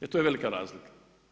E to je velika razlika.